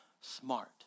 smart